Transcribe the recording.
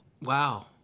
Wow